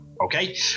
Okay